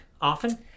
often